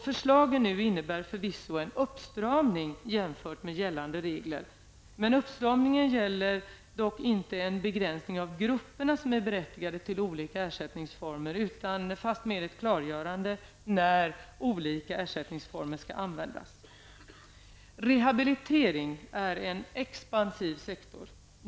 Förslaget innebär förvisso en uppstramning jämfört med gällande regler. Uppstramningen gäller dock inte en begränsning av de grupper som är berättigade till olika ersättningsformer, utan fastmer ett klargörande av när olika ersättningsformer skall användas. Rehabilitering är en expansiv sektor.